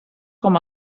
com